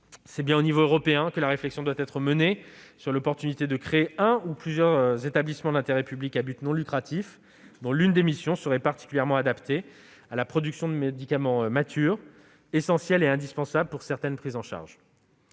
C'est bien au niveau européen que la réflexion doit être menée sur l'opportunité de créer un ou plusieurs établissements d'intérêt public à but non lucratif, dont l'une des missions serait particulièrement adaptée à la production de médicaments matures, essentiels et indispensables pour certaines prises en charge.